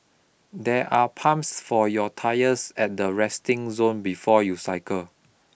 there are pumps for your tyres at the resting zone before you cycle